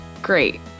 Great